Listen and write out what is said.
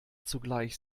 zugleich